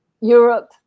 Europe